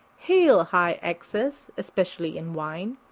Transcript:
hail, high excess especially in wine,